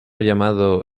llamado